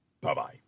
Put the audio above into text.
bye-bye